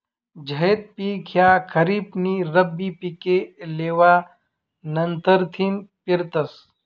झैद पिक ह्या खरीप नी रब्बी पिके लेवा नंतरथिन पेरतस